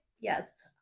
yes